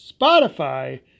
Spotify